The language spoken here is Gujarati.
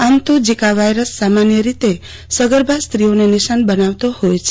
આમ તો ઝીંકા વાયરસ સામાન્ય રીતે સગર્ભા સ્ત્રીઓને નિશાન બનાવતો હોય છે